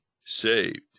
saved